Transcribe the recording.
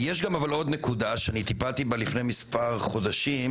יש גם עוד נקודה שאני טיפלתי בה לפני מספר חודשים,